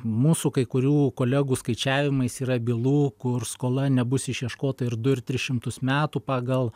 mūsų kai kurių kolegų skaičiavimais yra bylų kur skola nebus išieškota ir du ir tris šimtus metų pagal